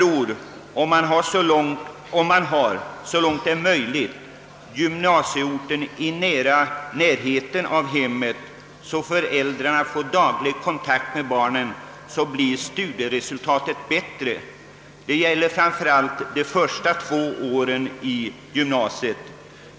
Om gymnasieorten ligger i närheten av hemmet, så att föräldrarna får daglig kontakt med barnen, blir studieresultatet bättre. Det gäller framför allt de två första åren i gymnasiet.